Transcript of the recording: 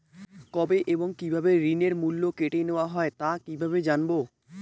কবে এবং কিভাবে ঋণের মূল্য কেটে নেওয়া হয় তা কিভাবে জানবো?